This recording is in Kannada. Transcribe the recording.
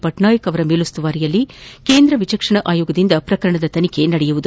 ಪಟ್ನಾಯಕ್ ಅವರ ಮೇಲುಸ್ತುವಾರಿಯಲ್ಲಿ ಕೇಂದ್ರ ವಿಚಕ್ಷಣಾ ಆಯೋಗದಿಂದ ಪ್ರಕರಣದ ತನಿಖೆ ನಡೆಯಲಿದೆ